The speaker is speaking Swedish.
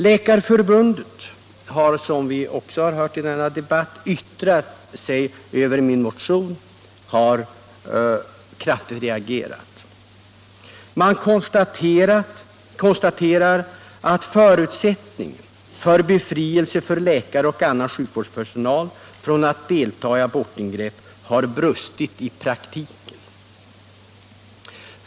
Läkarförbundet, som — såsom vi har hört i denna debatt — har yttrat sig över min motion, har kraftigt reagerat mot detta. Läkarförbundet konstaterar att det har brustit i praktiken när det gäller befrielse för läkare och annan sjukvårdspersonal från att delta i abortingrepp.